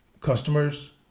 customers